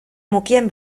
mukien